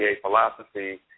philosophy